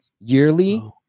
yearly